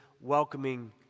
welcoming